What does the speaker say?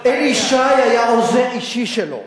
אלי ישי היה עוזר אישי שלו.